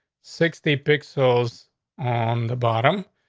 sixty pixels on the bottom.